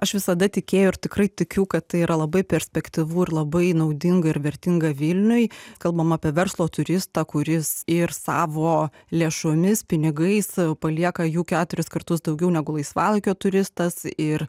aš visada tikėjau ir tikrai tikiu kad tai yra labai perspektyvu ir labai naudinga ir vertinga vilniui kalbam apie verslo turistą kuris ir savo lėšomis pinigais palieka jų keturis kartus daugiau negu laisvalaikio turistas ir